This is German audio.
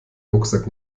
rucksack